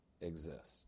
exist